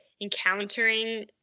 encountering